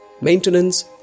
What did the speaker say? maintenance